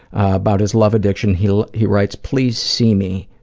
about his love addiction, he he writes please see me,